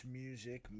music